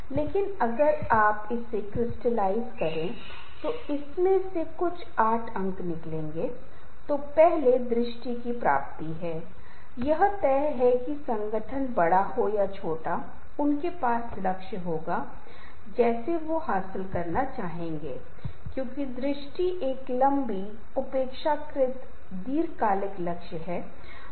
अन्यथा यह हमारी प्रकृति है संबंध स्वतः ही मर जाएगा क्योंकि ऐसा होता है कि कई बार हम सम्मेलन संगोष्ठी के लिए जा रहे हैं एक पर्यटक पिकनिक स्थल में हम किसी से मिलते हैं और फिर कभी कभी आपको पता चलता है कि हम बातचीत जारी रख रहे हैं और मेल लिख रहे हैं 1 महीने 2 महीने 3 महीने के लिए लेकिन उसके बाद हम भूल जाते हैं